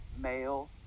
male